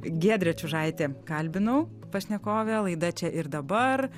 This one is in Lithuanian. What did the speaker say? giedrė čiužaitė kalbinau pašnekovę laida čia ir dabar